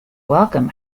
welcome